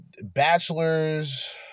bachelors